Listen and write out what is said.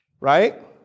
Right